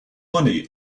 money